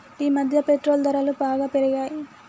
ఈమధ్య పెట్రోల్ ధరలు బాగా పెరిగాయి